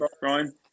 Brian